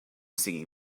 singing